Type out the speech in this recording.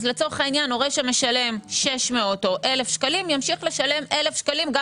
לצורך העניין הורה שמשלם 600 או אלף שקלים ימשיך לשלם אלף שקלים גם